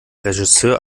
regisseur